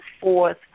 forth